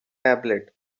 tablet